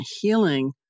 healing